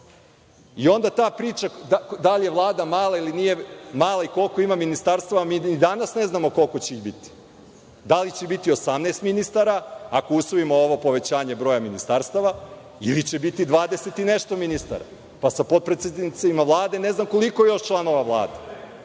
i onda ta priča da li je Vlada mala ili nije mala i koliko ima ministarstava. Mi ni danas ne znamo koliko će ih biti, da li će biti 18 ministara, ako usvojimo ovo povećanje broja ministarstva, ili će biti 20 i nešto ministara, pa sa potpredsednicima Vlade ne znam koliko još članova Vlade.